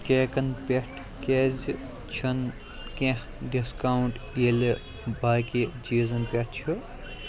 کیکن پیٚٹھ کیٛازِ چھُنہٕ کیٚںٛہہ ڈسکاوُنٛٹ ییٚلہِ باقٕے چیٖزن پیٚٹھ چھُ